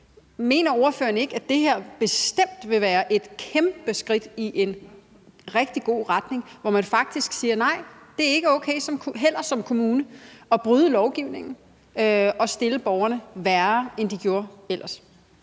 Mener ordføreren ikke, at det her bestemt vil være et kæmpe skridt i en rigtig god retning, at man faktisk siger: Nej, det er heller ikke okay som kommune at bryde lovgivningen og stille borgerne værre, end de ellers